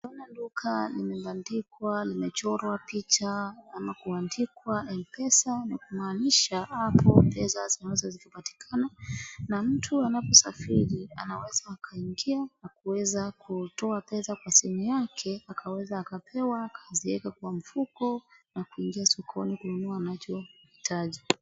Naona duka limepandikwa limechorwa picha ama kuandikwa M-pesa na kumaanisha hapo pesa zinaweza zikapatikana na mtu anaposafiri anaweza akaingia na kuweza kutoa pesa kwa simu yake akaweza akapewa akaziweka kwa mfuko na kuingia sokoni kununua anachohitaji.